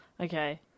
Okay